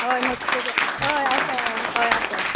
हय notes book हय आसा हय हय आसा